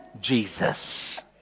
Jesus